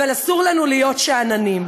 אבל אסור לנו להיות שאננים.